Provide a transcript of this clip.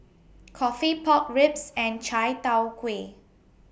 Coffee Pork Ribs and Chai Tow Kuay